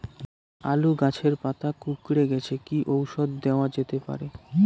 আলু গাছের পাতা কুকরে গেছে কি ঔষধ দেওয়া যেতে পারে?